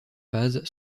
phase